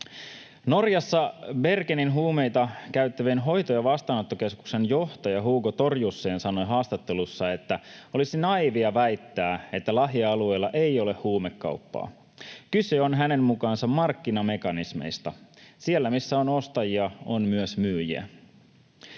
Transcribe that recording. Norjassa Bergenin huumeita käyttävien hoito- ja vastaanottokeskuksen johtaja Hugo Torjussen sanoi haastattelussa, että olisi naiivia väittää, että lähialueilla ei ole huumekauppaa. Kyse on hänen mukaansa markkinamekanismeista: siellä, missä on ostajia, on myös myyjiä.